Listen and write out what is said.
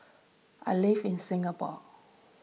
I live in Singapore